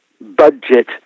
budget –